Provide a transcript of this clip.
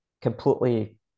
completely